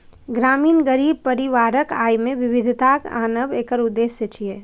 ग्रामीण गरीब परिवारक आय मे विविधता आनब एकर उद्देश्य छियै